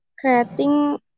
creating